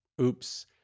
oops